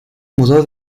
mudó